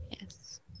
Yes